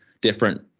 different